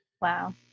Wow